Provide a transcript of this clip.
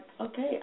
okay